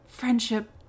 friendship